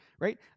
right